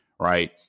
Right